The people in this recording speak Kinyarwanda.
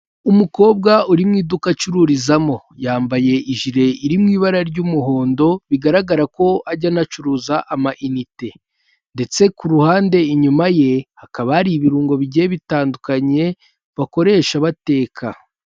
Umukobwa uri mu iduka acururizamo yambaye ijire iri mu ibara ry'umuhondo bigaragara ko ajya anacuruza amainite ndetse ku ruhande inyuma ye hakaba hari ibirungo bigiye bitandukanye bakoresha bateka.